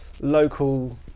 local